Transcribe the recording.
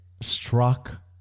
struck